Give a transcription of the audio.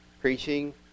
Preaching